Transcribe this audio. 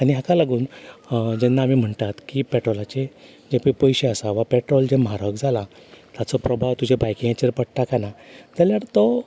आनी हाका लागून जेन्ना आमी म्हणटात की पेट्रोलाची जे पय पयशे आसा वा पेट्रोल म्हारग जालां ताचो प्रभाव तुजेर बायकिंगांचेर पडटा काय ना जाल्यार तो